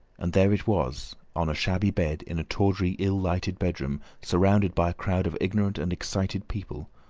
and there it was, on a shabby bed in a tawdry, ill-lighted bedroom, surrounded by a crowd of ignorant and excited people,